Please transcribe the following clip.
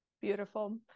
Beautiful